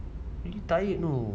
really tired you know